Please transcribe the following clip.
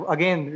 Again